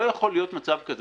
לא יכול להיות מצב כזה.